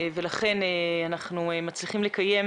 ולכן אנחנו מצליחים לקיים